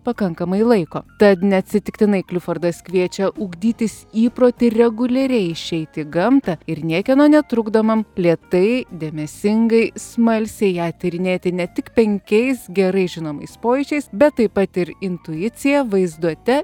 pakankamai laiko tad neatsitiktinai klifordas kviečia ugdytis įprotį reguliariai išeiti į gamtą ir niekieno netrukdomam lėtai dėmesingai smalsiai ją tyrinėti ne tik penkiais gerai žinomais pojūčiais bet taip pat ir intuicija vaizduote